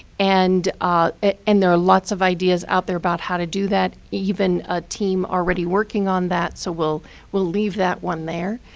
and ah and there are lots of ideas out there about how to do that, even a team already working on that. so we'll we'll leave that one there.